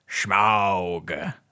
Schmaug